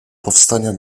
powstania